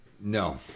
No